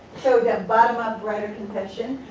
so yeah bottom-up writer confession.